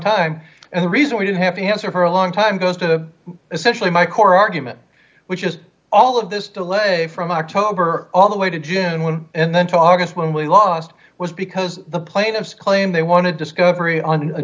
time and the reason we didn't have the answer for a long time goes to essentially my core argument which is all of this delay from october all the way to june and then tossed when we lost was because the plaintiffs claim they want to discovery on a